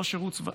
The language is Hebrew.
לא שירות צבאי,